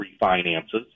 refinances